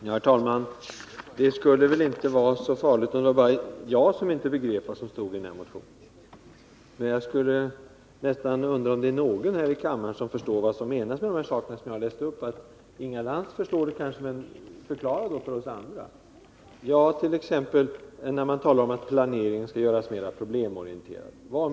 Herr talman! Det skulle väl inte vara så farligt om det bara var jag som inte begrep vad som står i den här motionen. Men jag undrar om det är någon här i kammaren som förstår vad som menas med de här sakerna som jag läste upp. Inga Lantz förstår det kanske — men förklara det då för oss andra! Vad menar man t.ex. när man säger att planeringen skall göras mera problemorienterad?